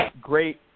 great